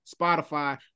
spotify